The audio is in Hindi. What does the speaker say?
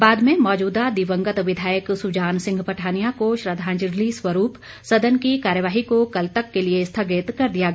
बाद में मौजूदा दिवंगत विधायक सुजान सिंह पठानिया को श्रद्वाजंलि स्वरूप सदन की कार्यवाही को कल तक के लिए स्थगित कर दिया गया